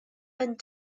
and